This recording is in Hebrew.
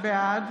בעד